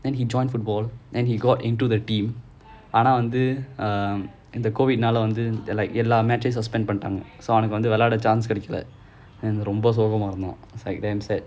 then he joined football and he got into the team ஆனா வந்து இந்த:aanaa vanthu intha um and the COVID நால வந்து எல்லாம்:naala vanthu ellaam then like ya lah matches suspend பண்ணிட்டாங்க அவனுக்கு விளையாட:panitanga avanuku vilayada chance கிடைக்கல:kidaikkala it's like damn sad